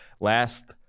Last